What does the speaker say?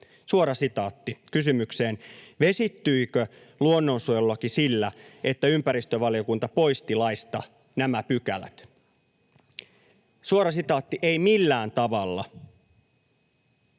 Suora sitaatti kysymykseen, vesittyikö luonnonsuojelulaki sillä, että ympäristövaliokunta poisti laista nämä pykälät, suora sitaatti: ”Ei millään tavalla.